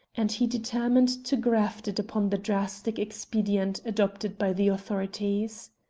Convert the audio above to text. and he determined to graft it upon the drastic expedient adopted by the authorities.